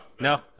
No